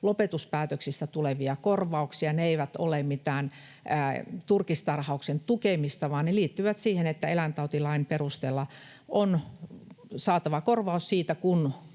lopetuspäätöksistä tulevia korvauksia. Ne eivät ole mitään turkistarhauksen tukemista, vaan ne liittyvät siihen, että eläintautilain perusteella on saatava korvaus siitä,